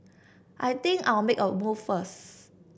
I think I'll make a move first